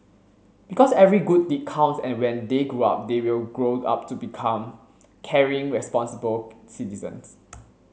because every good deed counts and when they grow up they will grow up to become caring responsible citizens